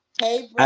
Hey